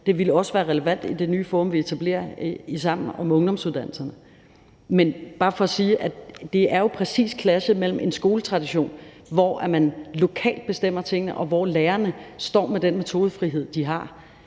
Det ville også være relevant i det nye forum, vi etablerer i forbindelse med ungdomsuddannelserne. Det er bare for at sige, at det jo præcis er clashet mellem en skoletradition, hvor man lokalt bestemmer tingene, og hvor lærerne står med den metodefrihed, de har,